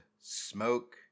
smoke